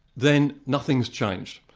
then nothing's changed.